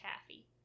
taffy